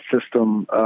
system